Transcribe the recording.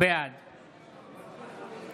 בעד